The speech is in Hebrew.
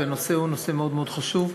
והנושא הוא מאוד מאוד חשוב,